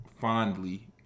fondly